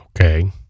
okay